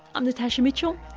i'm natasha mitchell,